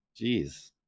Jeez